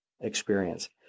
experience